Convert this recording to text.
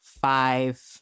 five